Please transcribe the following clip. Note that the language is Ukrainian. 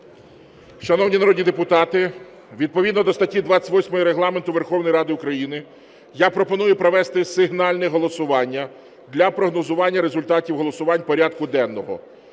Шановні народні депутати, відповідно до статті 28 Регламенту Верховної Ради України я пропоную провести сигнальне голосування для прогнозування результатів голосувань порядку денного.